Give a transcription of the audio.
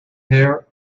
her